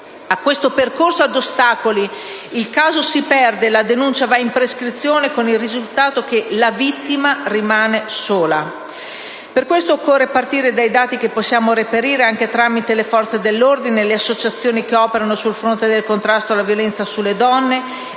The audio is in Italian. In questo percorso ad ostacoli il caso si perde e la denuncia va in prescrizione, con il risultato che la vittima rimane sola. Per questo occorre partire dai dati, che possiamo reperire anche tramite le forze dell'ordine e le associazioni che operano sul fronte del contrasto alla violenza sulle donne,